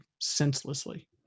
senselessly